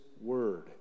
word